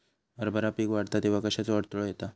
हरभरा पीक वाढता तेव्हा कश्याचो अडथलो येता?